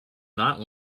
not